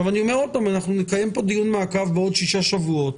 אני אומר עוד פעם שאנחנו נקיים פה דיון מעקב בעוד שישה שבועות,